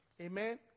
Amen